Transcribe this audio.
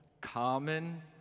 common